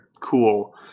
Cool